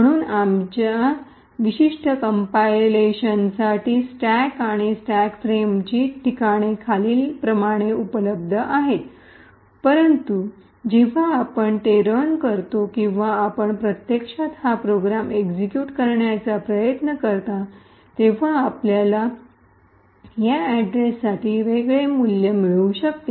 म्हणून आमच्या विशिष्ट कंपायलेशनसाठी स्टॅक आणि स्टॅक फ्रेमची ठिकाणे खाली खालीलप्रमाणे उपलब्ध आहेत परंतु जेव्हा आपण ते रन करतो किंवा आपण प्रत्यक्षात हा प्रोग्राम एक्सिक्यूट करण्याचा प्रयत्न करता तेव्हा आपल्याला या अड्रेससाठी वेगळे मूल्य मिळू शकते